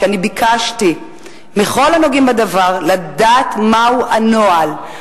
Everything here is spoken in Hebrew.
שאני ביקשתי מכל הנוגעים בדבר לדעת מהו הנוהל.